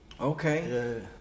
Okay